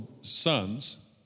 sons